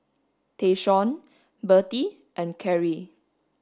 Tayshaun Bertie and Karie